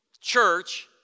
church